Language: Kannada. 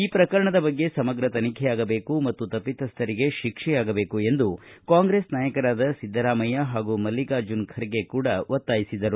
ಈ ಪ್ರಕರಣದ ಬಗ್ಗೆ ಸಮಗ್ರ ತನಿಖೆಯಾಗಬೇಕು ಮತ್ತು ತಪ್ಪಿಸ್ಥರಿಗೆ ಶಿಕ್ಷೆಯಾಗಬೇಕು ಎಂದು ಕಾಂಗ್ರೆಸ್ ನಾಯಕರಾದ ಸಿದ್ದರಾಮಯ್ಯ ಹಾಗೂ ಮಲ್ಲಿಕಾರ್ಜುನ ಖರ್ಗೆ ಕೂಡ ಒತ್ತಾಯಿಸಿದ್ದರು